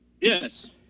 Yes